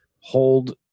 hold